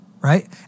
right